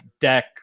deck